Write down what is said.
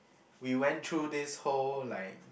we went through this whole like